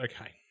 Okay